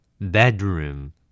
Bedroom